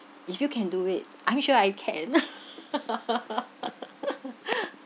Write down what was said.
if you can do it I'm sure I can